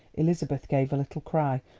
elizabeth gave a little cry,